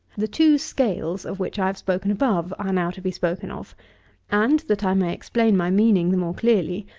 the two scales of which i have spoken above, are now to be spoken of and, that i may explain my meaning the more clearly,